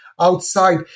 outside